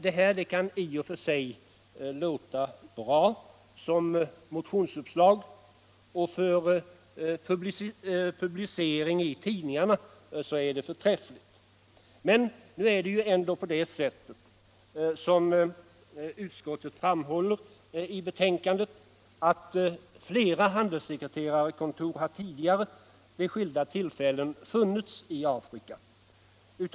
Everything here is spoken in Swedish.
Detta kan i och för sig låta bra, och som motionsuppslag för publicering i tidningarna är det förträffligt. Men nu är det ändå på det sättet — som utskottet framhåller i betänkandet — att flera handelssekreterarkontor vid skilda tillfällen funnits i Afrika.